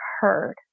heard